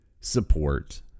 support